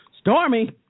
Stormy